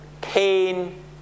Cain